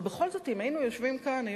ובכל זאת אם היינו יושבים כאן,